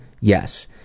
Yes